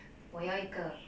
我要一个